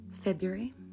February